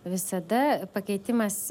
visada pakeitimas